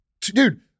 dude